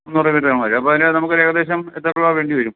മുന്നൂറ് മീറ്റർ കാണുമായിരിക്കും അപ്പോൾ അതിൽ നമുക്കൊരു ഏകദേശം എത്ര രൂപ വേണ്ടിവരും